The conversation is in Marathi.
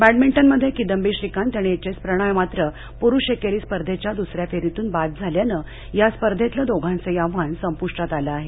बॅडमिंटनमध्ये किदंबी श्रीकांत आणि एच एस प्रणॉय मात्र पुरुष एकेरी स्पर्धेच्या दुसऱ्या फेरीतून बाद झाल्यानं या स्पर्धेतील दोघांचही आव्हान संपुष्टात आलं आहे